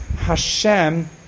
Hashem